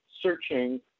searching